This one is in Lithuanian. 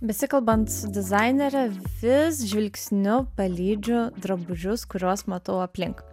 besikalbant su dizainere vis žvilgsniu palydžiu drabužius kuriuos matau aplink